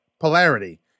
Polarity